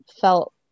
felt